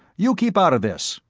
you keep out of this!